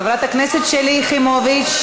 חברת הכנסת שלי יחימוביץ,